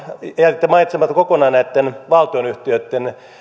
jätitte mainitsematta kokonaan näitten valtionyhtiöitten